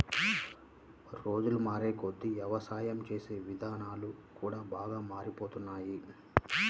రోజులు మారేకొద్దీ యవసాయం చేసే ఇదానాలు కూడా బాగా మారిపోతున్నాయ్